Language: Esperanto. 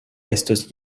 estos